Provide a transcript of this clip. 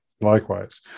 Likewise